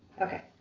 Okay